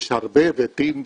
יש הרבה היבטים,